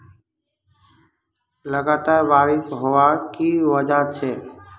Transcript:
लगातार बारिश होबार की वजह छे?